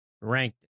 ranked